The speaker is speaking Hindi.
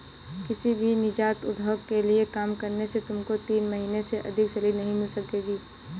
किसी भी नीजात उद्योग के लिए काम करने से तुमको तीन महीने से अधिक सैलरी नहीं मिल सकेगी